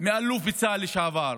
שאלוף בצה"ל לשעבר,